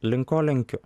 link ko lenkiu